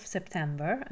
September